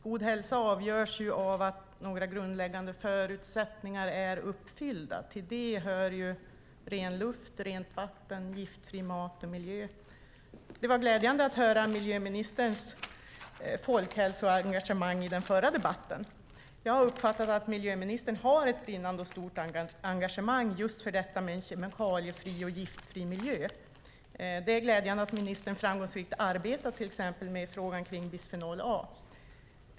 God hälsa avgörs av att några grundläggande förutsättningar är uppfyllda. Till dem hör ren luft, rent vatten och giftfri mat och miljö. Det var glädjande att höra om miljöministerns folkhälsoengagemang i den förra debatten. Jag har uppfattat att miljöministern har ett brinnande och stort engagemang just för detta med en kemikalie och giftfri miljö. Det är glädjande att ministern framgångsrikt arbetar till exempel med frågan om bisfenol A.